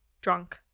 drunk